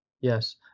Yes